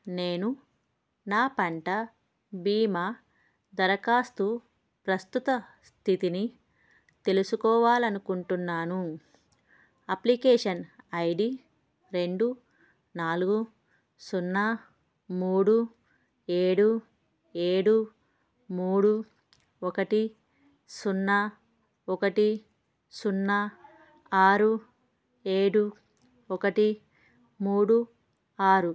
నేను నా పంట బీమా దరఖాస్తు ప్రస్తుత స్థితిని తెలుసుకోవాలి అనుకుంటున్నాను అప్లికేషన్ ఐ డీ రెండు నాలుగు సున్నా మూడు ఏడు ఏడు మూడు ఒకటి సున్నా ఒకటి సున్నా ఆరు ఏడు ఒకటి మూడు ఆరు